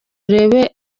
urebe